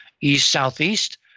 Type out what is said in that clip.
east-southeast